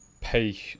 pay